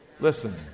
Listen